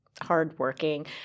hardworking